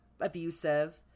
abusive